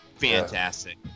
fantastic